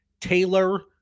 Taylor